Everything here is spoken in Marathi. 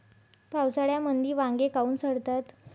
पावसाळ्यामंदी वांगे काऊन सडतात?